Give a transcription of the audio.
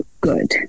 good